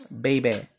baby